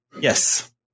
Yes